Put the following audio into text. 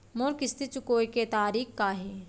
मोर किस्ती चुकोय के तारीक का हे?